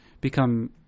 become